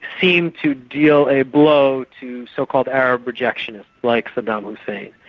seemed to deal a blow to so-called arab rejection like saddam hussein.